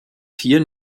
vier